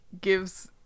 gives